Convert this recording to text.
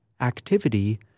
activity